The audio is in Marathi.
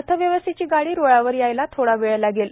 अर्थव्यवस्थेची गाडी रुळावर यायला थोडा वेळ लागेल